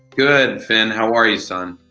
good finn, how are you son?